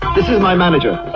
this is my manager.